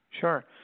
Sure